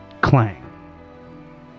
Clang